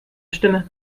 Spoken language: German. stimme